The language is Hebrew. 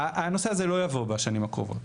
הנושא הזה לא יבוא בשנים הקרובות,